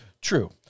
True